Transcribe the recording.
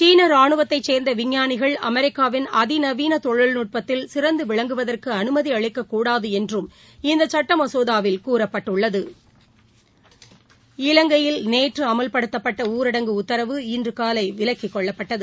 சீன ராணுவத்தைச் சேர்ந்த விஞ்ஞானிகள் அமெரிக்காவின் அதிநவீன தொழில்நுட்பத்தில் சிறந்து விளங்குவதற்கு அனுமதி அளிக்கக்கூடாது என்றும் இந்த சட்ட மசோதாவில் கூறப்பட்டுள்ளது இலங்கையில் நேற்று அமல்படுத்தப்பட்ட ஊரடங்கு உத்தரவு காலை விலக்கிக் இன்று கொள்ளப்பட்டது